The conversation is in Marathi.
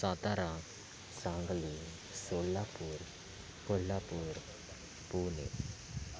सातारा सांगली सोलापूर कोल्हापूर पुणे